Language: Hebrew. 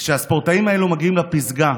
וכשהספורטאים האלה מגיעים לפסגה,